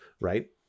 right